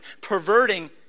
perverting